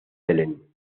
helen